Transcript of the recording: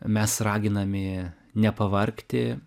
mes raginami nepavargti